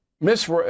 Miss